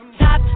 top